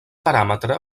paràmetre